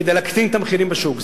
כדי להקטין את המחירים בשוק.